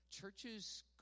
churches